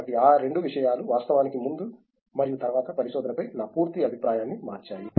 కాబట్టి ఈ రెండు విషయాలు వాస్తవానికి ముందు మరియు తరువాత పరిశోధనపై నా పూర్తి అభిప్రాయాన్ని మార్చాయి